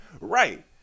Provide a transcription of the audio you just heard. right